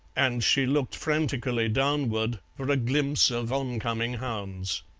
and she looked frantically downward for a glimpse of oncoming hounds.